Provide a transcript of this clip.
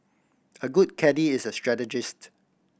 a good caddie is a strategist